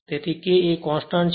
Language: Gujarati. તેથી K એ કોંસ્ટંટ છે